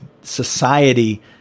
society